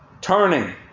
Turning